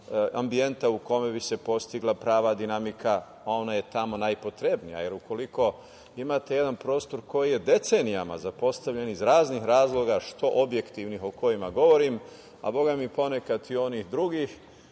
ambijenta u kome bi se postigla prava dinamika, a ona je tamo najpotrebnije. Jer, ukoliko imate jedan prostor koji je decenijama zapostavljen iz raznih razloga, što objektivnih o kojima govorim, a bogami ponekad i onih drugih